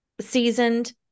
seasoned